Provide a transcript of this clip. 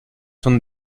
son